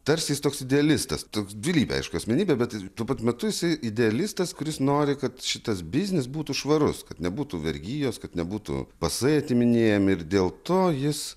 tarsi jis toks idealistas toks dvilypė asmenybė bet ir tuo pat metu isai idealistas kuris nori kad šitas biznis būtų švarus kad nebūtų vergijos kad nebūtų pasai atiminėjami ir dėl to jis